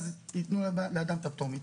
אז תתנו לאדם את הפטור מתור.